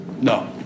no